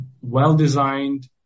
well-designed